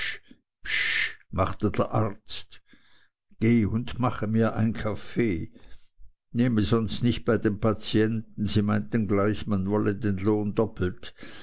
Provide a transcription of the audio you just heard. machte der arzt geh und mache mir ein kaffee nehme sonst nichts bei den patienten sie meinten gleich man wolle den lohn doppelt